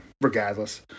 regardless